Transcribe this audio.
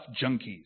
junkies